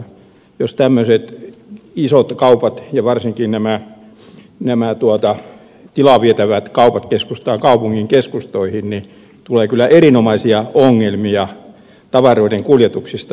jos tämmöiset isot kaupat ja varsinkin nämä tilaa vievät kaupat keskitetään kaupungin keskustoihin niin tulee kyllä erinomaisia ongelmia tavaroiden kuljetuksista niihin kauppoihin